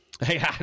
Hey